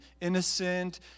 innocent